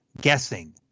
guessing